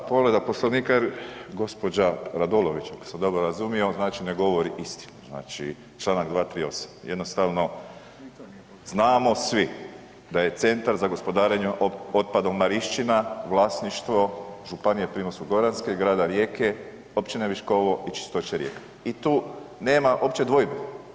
Da povreda Poslovnika jer gospođa Radolović ako sam dobro razumio znači ne govori istinu, znači Članak 238. jednostavno znamo svi da je Centar za gospodarenje otpadom Marišćina vlasništvo Županije Primorsko-goranske, grada Rijeke, općine Viškovo i Čistoće Rijeka i tu nema uopće dvojbe.